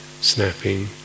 snapping